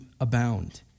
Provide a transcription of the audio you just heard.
abound